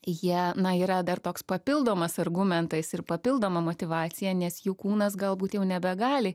jie na yra dar toks papildomas argumentas ir papildoma motyvacija nes jų kūnas galbūt jau nebegali